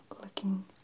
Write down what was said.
looking